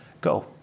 Go